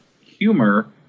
humor